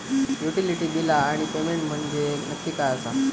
Utility बिला आणि payment म्हंजे नक्की काय आसा?